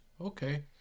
Okay